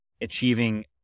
achieving